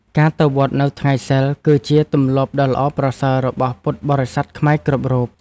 ការទៅវត្តនៅថ្ងៃសីល គឺជាទម្លាប់ដ៏ល្អប្រសើររបស់ពុទ្ធបរិស័ទខ្មែរគ្រប់រូប។